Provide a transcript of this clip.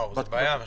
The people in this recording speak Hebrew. זה בעיה כי